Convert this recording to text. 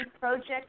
project